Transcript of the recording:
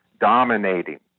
dominating